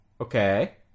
Okay